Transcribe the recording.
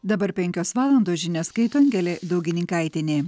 dabar penkios valandos žinias skaito angelė daugininkaitienė